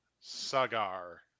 Sagar